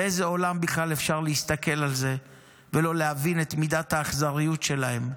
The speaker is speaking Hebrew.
באיזה עולם בכלל אפשר להסתכל על זה ולא להבין את מידת האכזריות שלהם,